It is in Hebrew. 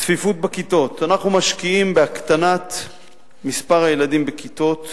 צפיפות בכיתות: אנחנו משקיעים בהקטנת מספר הילדים בכיתות